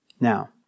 Now